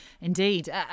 Indeed